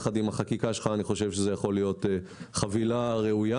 יחד עם החקיקה שלך אני חושב שזה יכול להיות חבילה ראויה.